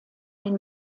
den